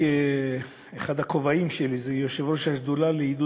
אחד הכובעים שלי הוא יושב-ראש השדולה לעידוד